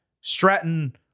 Stratton